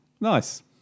Nice